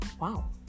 Wow